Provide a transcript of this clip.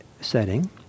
setting